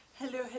Hello